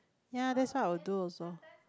yea that's what I would do also